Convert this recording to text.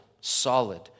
solid